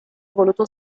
voluto